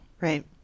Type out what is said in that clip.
right